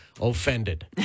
offended